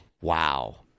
Wow